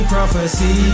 Prophecy